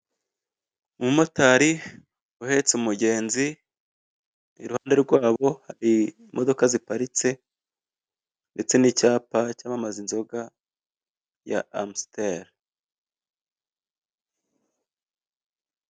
Umumotari uhetse umugenzi iruhande rwabo imodoka ziparitse ndetse n'icyapa cyamamaza inzoga ya amusiteri.